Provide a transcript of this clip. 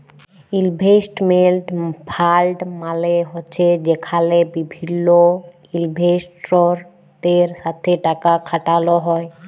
investment fund মালে হছে যেখালে বিভিল্ল ইলভেস্টরদের সাথে টাকা খাটালো হ্যয়